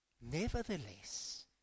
Nevertheless